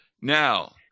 Now